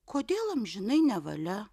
kodėl amžinai nevalia